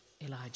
Elijah